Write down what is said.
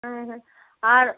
হুম হুম আর